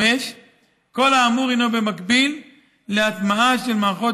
5. כל האמור הינו במקביל להטמעה של מערכות